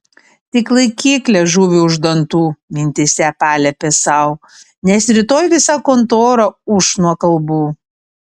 tik laikyk liežuvį už dantų mintyse paliepė sau nes rytoj visa kontora ūš nuo kalbų